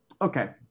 okay